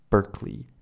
Berkeley